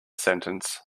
sentence